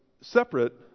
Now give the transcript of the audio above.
separate